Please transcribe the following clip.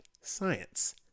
science